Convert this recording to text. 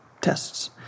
tests